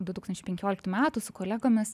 du tūkstančiai penkioliktų metų su kolegomis